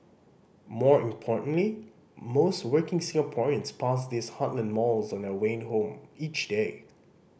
more importantly most working Singaporeans pass these heartland malls on their way home each day